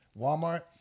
Walmart